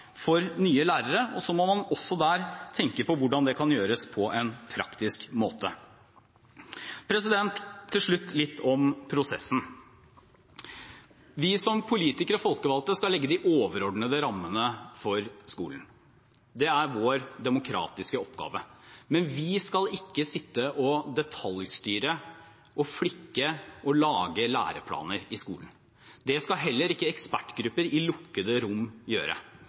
og så må man tenke på hvordan det kan gjøres på en praktisk måte. Til slutt litt om prosessen: Vi som politikere og folkevalgte skal legge de overordnede rammene for skolen. Det er vår demokratiske oppgave. Men vi skal ikke sitte og detaljstyre og flikke og lage læreplaner i skolen. Det skal heller ikke ekspertgrupper i lukkede rom gjøre.